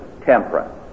temperance